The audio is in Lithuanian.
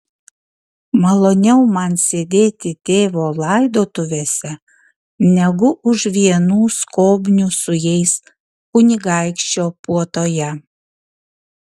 maloniau man sėdėti tėvo laidotuvėse negu už vienų skobnių su jais kunigaikščio puotoje